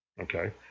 Okay